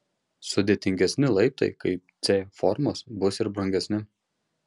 sudėtingesni laiptai kaip c formos bus ir brangesni